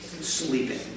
sleeping